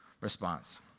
response